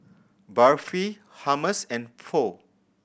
Barfi Hummus and Pho